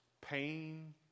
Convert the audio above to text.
pain